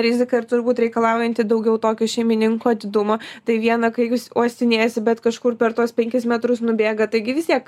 rizika ir turbūt reikalaujanti daugiau tokio šeimininko atidumo tai viena kai jūs uostinėjasi bet kažkur per tuos penkis metrus nubėga taigi vis tiek